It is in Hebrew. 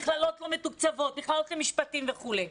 מכללות לא מתוקצבות, מכללות למשפטים וכו'.